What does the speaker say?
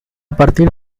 partir